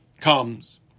comes